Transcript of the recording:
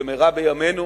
במהרה בימינו,